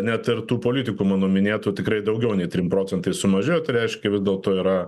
net ir tų politikų mano minėtų tikrai daugiau nei trim procentais sumažėjo tai reiškia vis dėlto yra